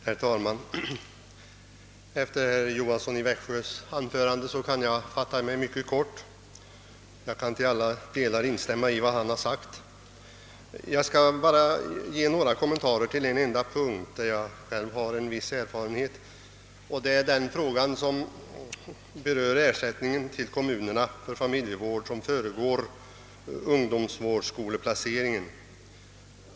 Herr talman! Efter herr Johanssons i Växjö anförande skall jag fatta mig mycket kort. Jag kan till alla delar instämma i vad han har sagt. Jag skall bara ge några kommentarer på en enda punkt där jag har en viss erfarenhet, en fråga som berör ersättning till kommunerna för familjevård som föregår ungdomsvårdsskoleplaceringen.